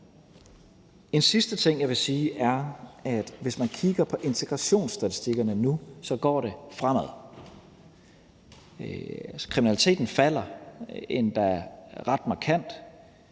En sidste ting, jeg vil sige, er, at hvis man kigger på integrationsstatistikkerne nu, går det fremad: Kriminaliteten falder, endda ret markant;